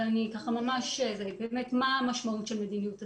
אבל אני ככה ממש באמת מה המשמעות של מדיניות הסגר?